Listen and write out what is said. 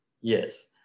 Yes